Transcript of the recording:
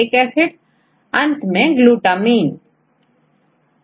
तो आप देख सकते हैंalanine पहले नॉनपोलर फिर lysine जो अमीन है फिर serine जो जो अल्कोहल ग्रुप है